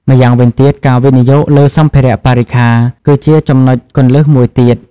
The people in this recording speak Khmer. ម្យ៉ាងវិញទៀតការវិនិយោគលើសម្ភារៈបរិក្ខារ គឺជាចំណុចគន្លឹះមួយទៀត។